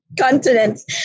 continents